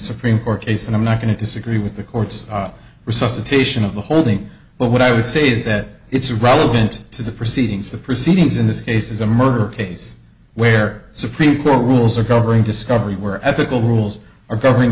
supreme court case and i'm not going to disagree with the court's resuscitation of the whole thing but what i would say is that it's relevant to the proceedings the proceedings in this case is a murder case where supreme court rules are covering discovery where ethical rules are covering